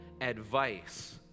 advice